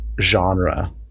genre